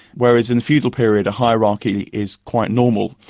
whereas in the feudal period a hierarchy is quite normal.